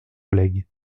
collègue